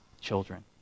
children